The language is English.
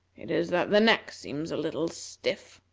it is that the neck seems a little stiff.